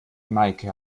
meike